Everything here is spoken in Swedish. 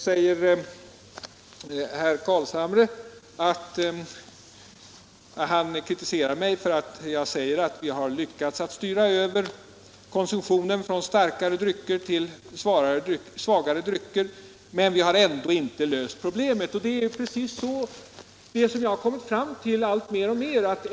Herr Carlshamre kritiserar mig för att jag säger att vi lyckats styra över konsumtionen från starkare drycker till svagare men ändå inte löst problemet. Det är precis så, det har jag kommit fram till mer och mer.